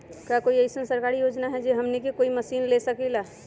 का कोई अइसन सरकारी योजना है जै से हमनी कोई मशीन ले सकीं ला?